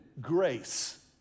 grace